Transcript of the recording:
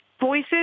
voices